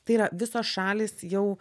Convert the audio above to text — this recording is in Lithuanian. tai yra visos šalys jau